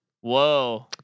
Whoa